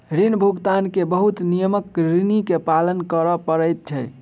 ऋण भुगतान के बहुत नियमक ऋणी के पालन कर पड़ैत छै